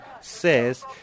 says